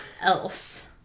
Else